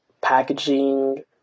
packaging